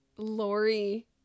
Lori